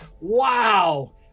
wow